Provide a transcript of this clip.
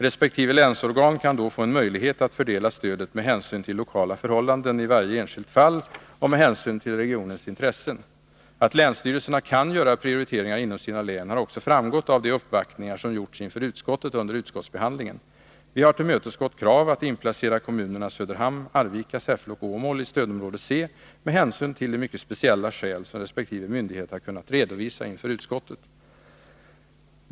Resp. länsorgan kan då få en möjlighet att fördela stödet med hänsyn till lokala förhållanden i varje enskilt fall och med hänsyn till regionens intressen. Att länsstyrelserna kan göra prioriteringar inom sina län har också framgått av de uppvaktningar som gjorts inför utskottet under utskottsbehandlingen. Vi har tillmötesgått krav på att inplacera kommunerna Söderhamn, Arvika, Säffle och Åmål i stödområde C med hänsyn till de mycket speciella skäl som resp. myndighet har kunnat redovisa inför utskottet.